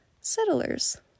Settlers